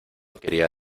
quería